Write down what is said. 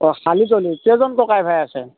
অঁ চালিতলি কেইজন ককাই ভাই আছে